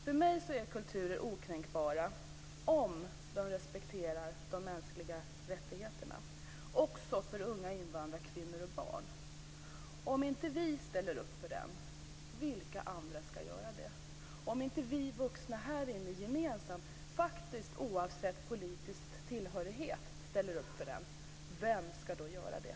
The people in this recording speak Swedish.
För mig är kulturer okränkbara om de respekterar de mänskliga rättigheterna, också för unga invandrarkvinnor och barn. Om inte vi ställer upp för dem, vilka andra ska då göra det? Om inte vi vuxna här inne gemensamt, faktiskt oavsett politisk tillhörighet, ställer upp för dem, vem ska då göra det?